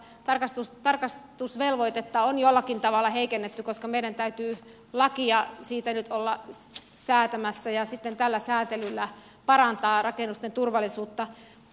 tätä tarkastusvelvoitetta on jollakin tavalla heikennetty koska meidän täytyy lakia siitä nyt olla säätämässä ja siten tällä säätelyllä parantaa rakennusten turvallisuutta